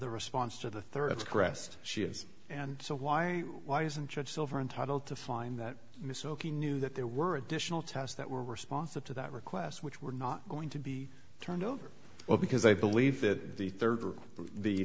the response to the third its crest she has and so why why isn't judge silver entitled to find that miss okey knew that there were additional tests that were responsive to that request which we're not going to be turned over well because i believe that the third or the